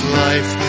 life